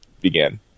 began